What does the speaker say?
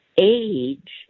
Age